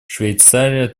швейцария